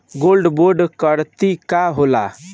Gold bond करतिं का होला?